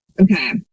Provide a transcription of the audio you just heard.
Okay